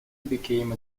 became